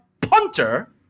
punter